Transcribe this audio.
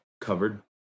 covered